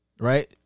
Right